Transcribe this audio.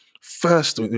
First